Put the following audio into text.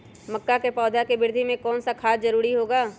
मक्का के पौधा के वृद्धि में कौन सा खाद जरूरी होगा?